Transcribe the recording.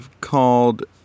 called